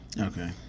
Okay